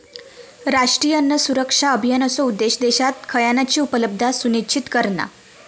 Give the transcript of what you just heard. राष्ट्रीय अन्न सुरक्षा अभियानाचो उद्देश्य देशात खयानची उपलब्धता सुनिश्चित करणा